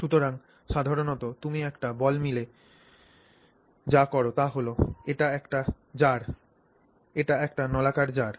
সুতরাং সাধারণত তুমি একটি বল মিলে যা কর তা হল এটি একটি জার এটি একটি নলাকার জার